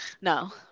no